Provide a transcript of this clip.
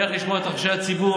איך לשמוע את רחשי הציבור,